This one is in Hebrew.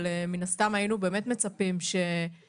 אבל מן הסתם היינו באמת מצפים שמסקנות